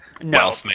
No